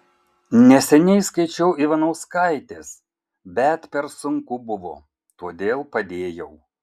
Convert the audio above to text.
neseniai skaičiau ivanauskaitės bet per sunku buvo todėl padėjau